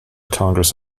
congress